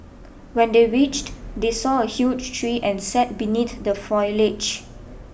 when they reached they saw a huge tree and sat beneath the foliage